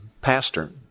pastor